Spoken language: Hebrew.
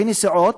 בנסיעות,